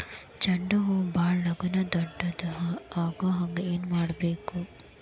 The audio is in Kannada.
ಚಂಡ ಹೂ ಭಾಳ ಲಗೂನ ದೊಡ್ಡದು ಆಗುಹಂಗ್ ಏನ್ ಮಾಡ್ಬೇಕು?